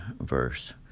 verse